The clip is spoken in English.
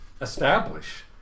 establish